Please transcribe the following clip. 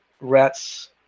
rats –